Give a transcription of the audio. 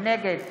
נגד